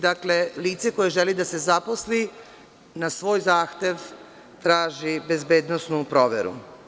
Dakle, lice koje želi da se zaposli na svoj zahtev traži bezbednosnu proveru.